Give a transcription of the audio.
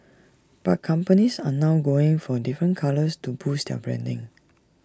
but companies are now going for different colours to boost their branding